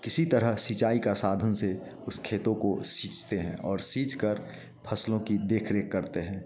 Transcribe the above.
किसी तरह सिंचाई का साधन से उस खेतों को सींचते हैं और सींच कर फसलों की देख रेख करते हैं